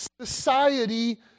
society